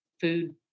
food